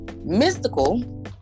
Mystical